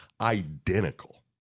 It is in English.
identical